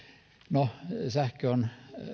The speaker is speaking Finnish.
no sähkö on